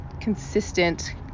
consistent